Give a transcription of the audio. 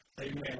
Amen